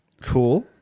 Cool